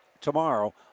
tomorrow